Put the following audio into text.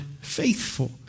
faithful